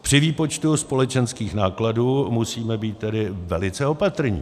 Při výpočtu společenských nákladů musíme být tedy velice opatrní.